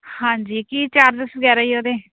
ਹਾਂਜੀ ਕੀ ਚਾਰਜਸ ਵਗੈਰਾ ਜੀ ਉਹਦੇ